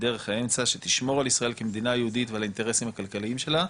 בדרך האמצע שתשמור על ישראל כמדינה יהודית ועל האינטרסים הכלכליים שלה,